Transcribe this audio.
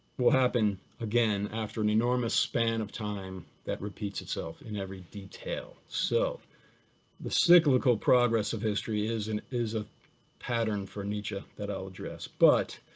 will happen again after an enormous span of time, that repeats itself in every detail, so the cyclical progress of history is and is a pattern for nietzsche that i'll address. but,